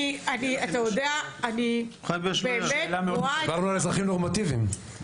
אתה יודע --- דיברנו על אזרחים נורמטיביים.